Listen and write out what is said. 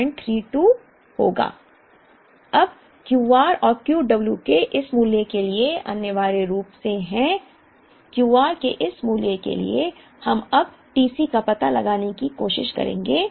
अब Q r और Q w के इस मूल्य के लिए अनिवार्य रूप से हैं Q r के इस मूल्य के लिए हम अब TC का पता लगाने की कोशिश करेंगे